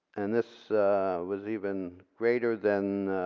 and this was even greater than